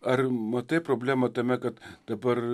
ar matai problemą tame kad dabar